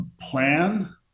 plan